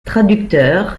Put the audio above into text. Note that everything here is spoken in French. traducteur